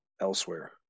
elsewhere